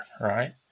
right